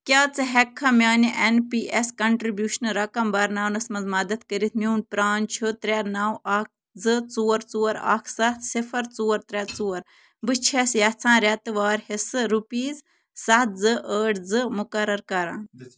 کیٛاہ ژٕ ہیٚکہٕ کھا میٛٲنہِ ایٚن پی ایٚس کنٹرٛبیٛوشن رقم بھرناونَس منٛز مدد کٔرتھ میٛون پرٛان چھُ ترٛےٚ نَو اَکھ زٕ ژور ژور اَکھ سَتھ صِفَر ژور ترٛےٚ ژور بہٕ چھیٚس یژھان ریٚتہٕ وار حصہٕ رُپیٖز سَتھ زٕ ٲٹھ زٕ مقرر کرُن